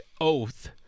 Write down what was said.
oath